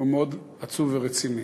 הוא מאוד עצוב ורציני.